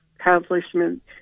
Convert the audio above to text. accomplishment